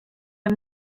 hem